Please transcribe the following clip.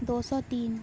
دو سو تین